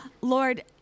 Lord